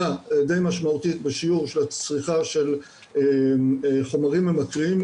די משמעותית בשיעור צריכת חומרים ממכרים,